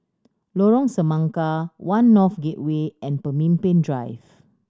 Lorong Semangka One North Gateway and Pemimpin Drive